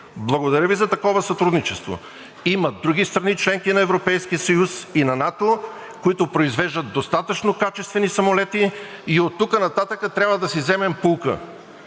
благодаря Ви за такова сътрудничество. Има други страни – членки на Европейския съюз, и на НАТО, които произвеждат достатъчно качествени самолети. И оттук нататък трябва да си вземем поука